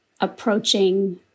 approaching